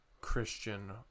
Christian